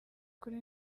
kuri